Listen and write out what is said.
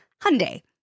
Hyundai